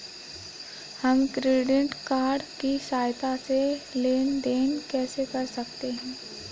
हम credit card की सहायता से लेन देन कैसे कर सकते हैं?